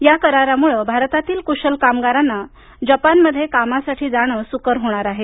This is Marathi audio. या करारामुळे भारतातील कुशल कामगारांना जपानमध्ये कामासाठी जाण सुकर होणार आहे